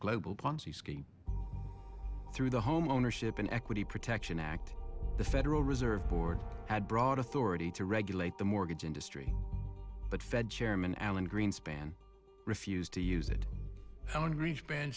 global ponzi scheme through the homeownership in equity protection act the federal reserve board had broad authority to regulate the mortgage industry but fed chairman alan greenspan refused to use it alan greenspan